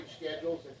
schedules